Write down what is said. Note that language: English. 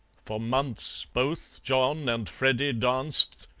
for months both john and freddy danced,